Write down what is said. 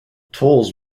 tolls